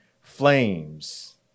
flames